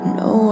no